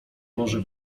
może